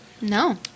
No